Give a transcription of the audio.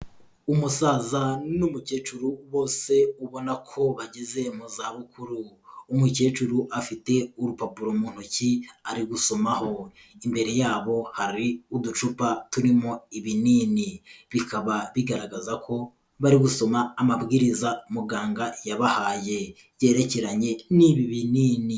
Umusaza n'umukecuru bose ubona ko bageze mu zabukuru. Umukecuru afite urupapuro mu ntoki ari gusomaho, imbere yabo hari uducupa turimo ibinini, bikaba bigaragaza ko bari gusoma amabwiriza muganga yabahaye yerekeranye n'ibi binini.